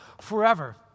forever